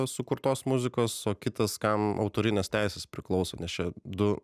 sukurtos muzikos o kitas kam autorinės teisės priklauso nes čia du